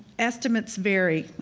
estimates vary,